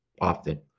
often